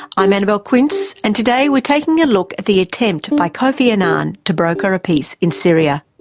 i'm annabelle quince and today we're taking a look at the attempt by kofi annan to broker a peace in syria.